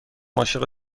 عاشق